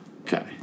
Okay